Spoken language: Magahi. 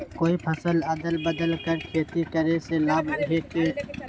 कोई फसल अदल बदल कर के खेती करे से लाभ है का?